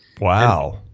Wow